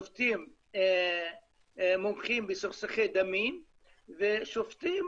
שופטים מומחים בסכסוכי דמים ושופטים